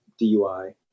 DUI